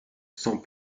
sans